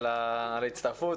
על ההצטרפות,